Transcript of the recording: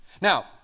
Now